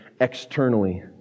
externally